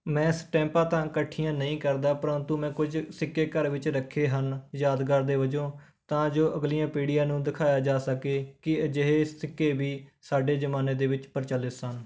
ਮੈਂ ਸਟੈਂਪਾਂ ਤਾਂ ਇਕੱਠੀਆਂ ਨਹੀਂ ਕਰਦਾ ਪਰੰਤੂ ਮੈਂ ਕੁਝ ਸਿੱਕੇ ਘਰ ਵਿੱਚ ਰੱਖੇ ਹਨ ਯਾਦਗਾਰ ਦੇ ਵਜੋਂ ਤਾਂ ਜੋ ਅਗਲੀਆਂ ਪੀੜ੍ਹੀਆਂ ਨੂੰ ਦਿਖਾਇਆ ਜਾ ਸਕੇ ਕਿ ਅਜਿਹੇ ਸਿੱਕੇ ਵੀ ਸਾਡੇ ਜ਼ਮਾਨੇ ਦੇ ਵਿੱਚ ਪ੍ਰਚਲਿਤ ਸਨ